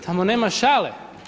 Tamo nema šale.